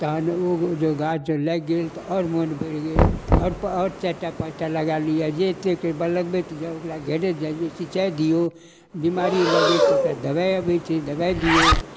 तहन ओ जे गाछ जँ लागि गेल तऽ आओर मोन बढ़ि गेल आओर चारि टा पाँच टा लगा लिअऽ जे एतेक लगबैत जाउ ओकरा घेरैत जइऔ सिँचाइ दिऔ बेमारी लगै तऽ ओकरा दवाइ अबै छै दवाइ दिऔ